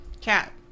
cat